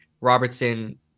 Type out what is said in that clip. robertson